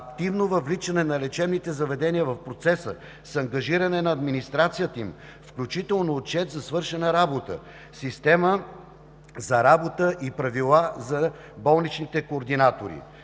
активно въвличане на лечебните заведения в процеса с ангажиране на администрацията им, включително отчет за свършена работа, система за работа и правила за болничните координатори.